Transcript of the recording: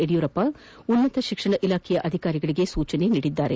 ಯಡಿಯೂರಪ್ಪ ಉನ್ನತ ಶಿಕ್ಷಣ ಇಲಾಖೆಯ ಅಧಿಕಾರಿಗಳಿಗೆ ಸೂಚಿಸಿದ್ದಾರೆ